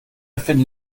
finden